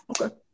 Okay